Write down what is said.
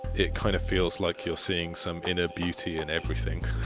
it kind of feels like you're seeing some inner beauty in everything.